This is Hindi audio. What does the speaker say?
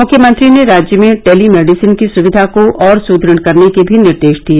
मुख्यमंत्री ने राज्य में टेलीमेडिसिन की सुविवा को और सुद्रढ़ करने के भी निर्देश दिए